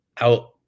out –